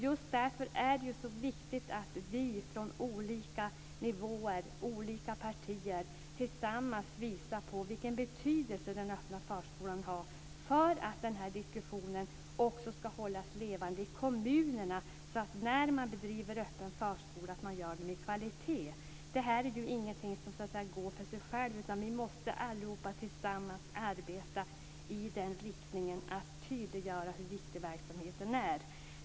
Just därför är det så viktigt att vi på olika nivåer och från olika partier tillsammans visar på vilken betydelse den öppna förskolan har. Det är viktigt för att den här diskussionen också skall hållas levande i kommunerna, så att man när man bedriver öppen förskola gör det med kvalitet. Det här är ingenting som går av sig självt utan vi måste allihop tillsammans arbeta i den riktningen för att tydliggöra hur viktig verksamheten är.